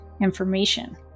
information